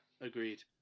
Agreed